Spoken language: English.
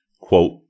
Quote